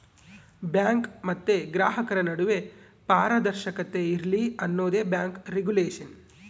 bank ಮತ್ತೆ ಗ್ರಾಹಕರ ನಡುವೆ ಪಾರದರ್ಶಕತೆ ಇರ್ಲಿ ಅನ್ನೋದೇ ಬ್ಯಾಂಕ್ ರಿಗುಲೇಷನ್